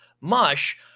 mush